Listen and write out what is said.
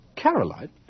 Caroline